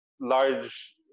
large